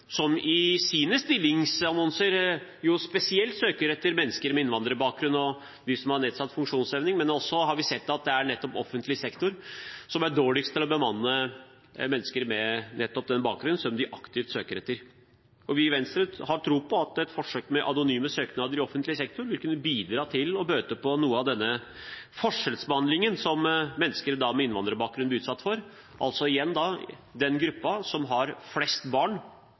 som i sine stillingsannonser spesielt søker etter mennesker med innvandrerbakgrunn og med nedsatt funksjonsevne. Men så har vi sett at det nettopp er offentlig sektor som er dårligst til å bemanne mennesker med den bakgrunn som de aktivt søker etter. Vi i Venstre har tro på at et forsøk med anonyme søknader i offentlig sektor vil kunne bidra til å bøte på noe av denne forskjellsbehandlingen som mennesker med innvandrerbakgrunn blir utsatt for – altså den gruppen som har flest antall barn